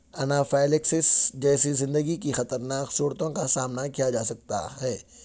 anaphylaxis جیسی زندگی کی خطر ناک صورتوں کا سامنا کیا جا سکتا ہے